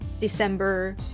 December